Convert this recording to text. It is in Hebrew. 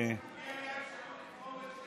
אם הייתה לי אפשרות לבחור בין,